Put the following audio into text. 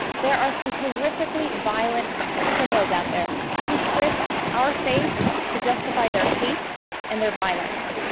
there are some horrifically violent criminals out there who twist our faith to justify their hate and their violence.